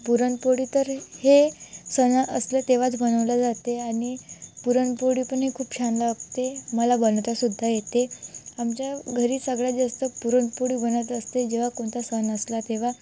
पुरणपोळी तर हे सण असलं तेव्हाच बनवल्या जाते आनि पुरणपोळीपण हे खूप छान लागते मला बनवतासुद्धा येते आमच्या घरी सगळ्यात जास्त पुरणपोळी बनवत असते जेव्हा कोणता सण असला तेव्हा